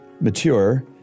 mature